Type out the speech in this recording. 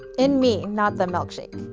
in me, not the milkshake.